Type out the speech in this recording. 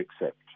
accept